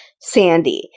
sandy